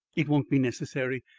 it won't be necessary.